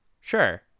Sure